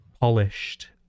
polished